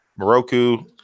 Moroku